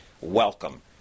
Welcome